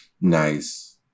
Nice